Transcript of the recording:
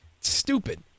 stupid